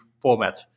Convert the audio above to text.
format